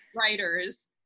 writers